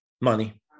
Money